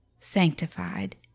sanctified